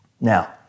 Now